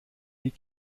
wie